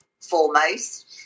foremost